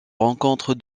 rencontre